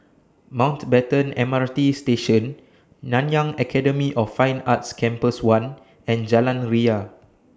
Mountbatten M R T Station Nanyang Academy of Fine Arts Campus one and Jalan Ria